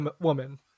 woman